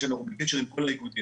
יש לנו קשר עם כל האיגודים.